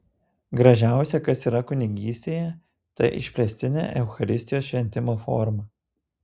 gražiausia kas yra kunigystėje ta išplėstinė eucharistijos šventimo forma